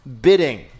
bidding